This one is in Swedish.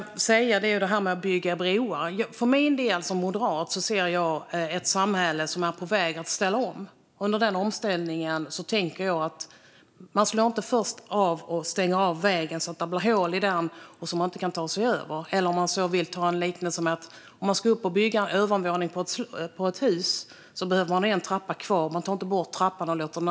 Det är det här med att bygga broar. Som moderat ser jag ett samhälle som är på väg att ställa om. Under den omställningen kan man inte först åstadkomma hål i vägen så att man inte tar sig över. Eller med en annan liknelse: Om man ska bygga en övervåning på ett hus behöver man ha en trappa kvar. Man tar inte bort trappan först.